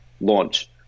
launch